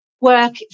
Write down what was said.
work